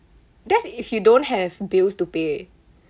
that's if you don't have bills to pay